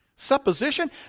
Supposition